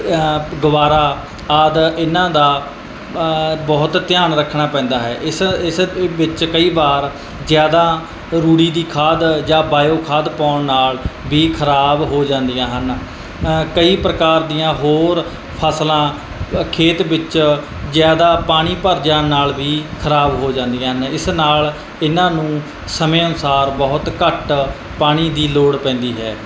ਗਵਾਰਾ ਆਦਿ ਇਹਨਾਂ ਦਾ ਬਹੁਤ ਧਿਆਨ ਰੱਖਣਾ ਪੈਂਦਾ ਹੈ ਇਸ ਇਸ ਵਿੱਚ ਕਈ ਵਾਰ ਜ਼ਿਆਦਾ ਰੂੜੀ ਦੀ ਖਾਦ ਜਾਂ ਬਾਇਓ ਖਾਦ ਪਾਉਣ ਨਾਲ ਵੀ ਖਰਾਬ ਹੋ ਜਾਂਦੀਆਂ ਹਨ ਕਈ ਪ੍ਰਕਾਰ ਦੀਆਂ ਹੋਰ ਫਸਲਾਂ ਖੇਤ ਵਿੱਚ ਜ਼ਿਆਦਾ ਪਾਣੀ ਭਰ ਜਾਣ ਨਾਲ ਵੀ ਖਰਾਬ ਹੋ ਜਾਂਦੀਆਂ ਨੇ ਇਸ ਨਾਲ ਇਹਨਾਂ ਨੂੰ ਸਮੇਂ ਅਨੁਸਾਰ ਬਹੁਤ ਘੱਟ ਪਾਣੀ ਦੀ ਲੋੜ ਪੈਂਦੀ ਹੈ